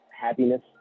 happiness